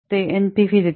ते एनपीव्ही देतील